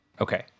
Okay